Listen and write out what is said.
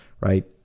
right